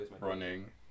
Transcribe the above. running